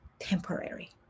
temporary